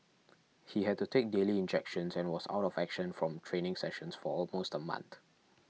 he had to take daily injections and was out of action from training sessions for almost a month